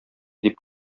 дип